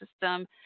system